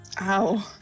Ow